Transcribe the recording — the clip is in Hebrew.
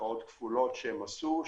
שהם עשו,